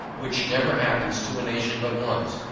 which never happens to a nation but once,